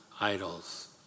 idols